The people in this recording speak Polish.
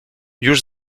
już